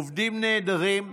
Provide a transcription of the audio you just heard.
עובדים נהדרים,